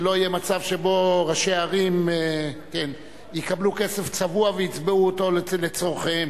שלא יהיה מצב שבו ראשי הערים יקבלו כסף צבוע ויצבעו אותו לצורכיהם.